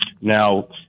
Now